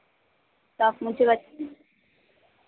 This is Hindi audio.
तो आप मुझे बता